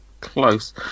close